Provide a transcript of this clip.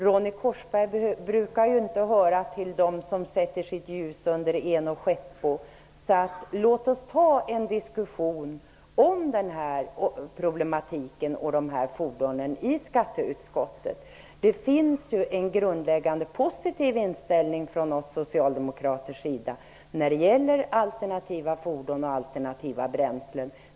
Ronny Korsberg brukar ju inte höra till dem som sätter sitt ljus under ena skäppo, så låt oss ta en diskussion om problematiken och dessa fordon i skatteutskottet. Det finns ju en grundläggande positiv inställning hos oss socialdemokrater när det gäller alternativa fordon och bränslen.